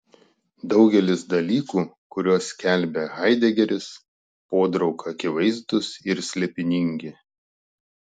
daugelis dalykų kuriuos skelbia haidegeris podraug akivaizdūs ir slėpiningi